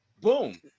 boom